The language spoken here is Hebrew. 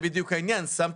אני עושה קל וחומר,